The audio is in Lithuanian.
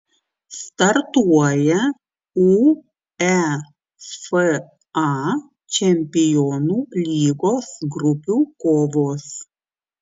startuoja uefa čempionų lygos grupių kovos